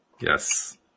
Yes